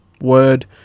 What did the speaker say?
word